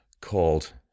called